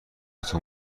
تون